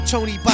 Tony